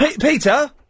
Peter